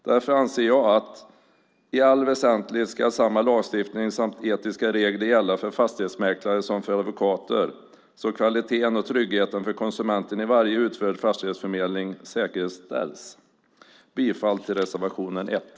Därför anser jag att i allt väsentligt ska samma lagstiftning samt etiska regler gälla för fastighetsmäklare som för advokater så att kvaliteten och tryggheten för konsumenten i varje utförd fastighetsförmedling säkerställs. Jag yrkar bifall till reservation 1.